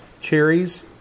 cherries